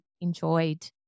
enjoyed